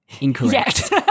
incorrect